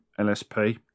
LSP